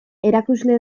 erakusle